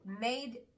made